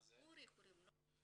קוראים לו אורי.